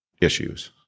issues